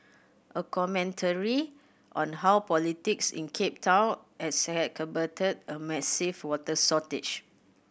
a commentary on how politics in Cape Town a massive water shortage